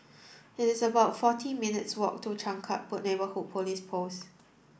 it is about forty minutes' walk to Changkat Neighbourhood Police Post